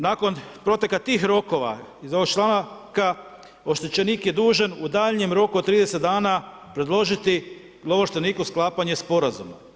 Nakon proteka tih rokova iz ovih članaka, oštećenik je dužan u daljnjem roku od 30 dana predložiti lovo ovlašteniku sklapanje Sporazuma.